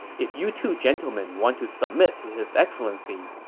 if you two gentlemen want to submit to his excellency,